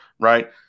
right